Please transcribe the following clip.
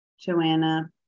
Joanna